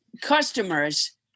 customers